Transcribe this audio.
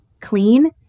clean